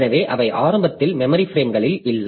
எனவே அவை ஆரம்பத்தில் மெமரி பிரேம்களில் இல்லை